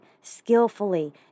skillfully